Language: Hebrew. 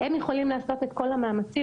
הם יכולים לעשות את כל המאמצים,